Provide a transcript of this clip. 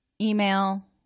email